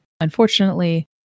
Unfortunately